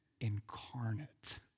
incarnate